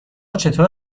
چطور